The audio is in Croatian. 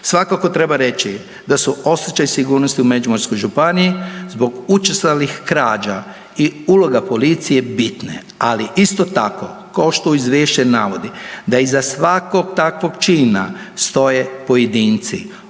Svakako treba reći da su osjećaj sigurnosti u Međimurskoj županiji zbog učestalih krađa i uloga policije bitne, ali isto tako kao što izvješće navodi da iza svakog takvog čina stoje pojedinci,